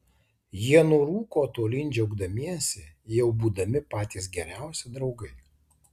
jie nurūko tolyn džiaugdamiesi jau būdami patys geriausi draugai